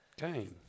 game